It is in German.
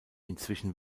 inzwischen